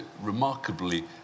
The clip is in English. remarkably